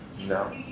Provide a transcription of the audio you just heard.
No